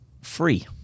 free